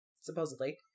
supposedly